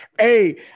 Hey